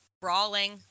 brawling